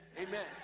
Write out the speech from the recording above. Amen